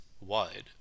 wide